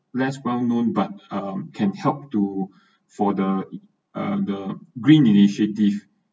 less well known but um can help to for the uh the green initiative